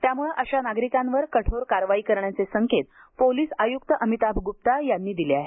त्यामुळे अशा नागरिकांवर कठोर कारवाई करण्याचे संकेत पोलीस आयुक्त अमिताभ गुप्ता यांनी दिले आहेत